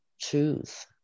truth